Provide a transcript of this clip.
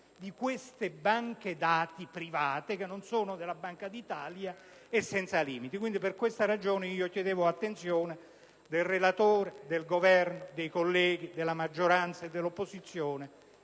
di queste banche dati private, che non sono della Banca d'Italia, è infinita. Per questa ragione chiedo l'attenzione del relatore, del Governo e dei colleghi, sia di maggioranza che di opposizione,